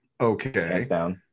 Okay